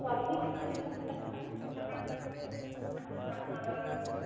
सब्जी का रेट